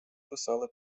писали